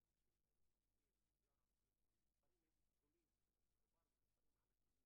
750,000 עובדים, מיליון עובדים.